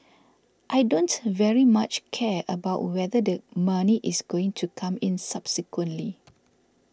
I don't very much care about whether the money is going to come in subsequently